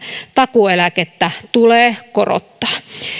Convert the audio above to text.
takuueläkettä tulee korottaa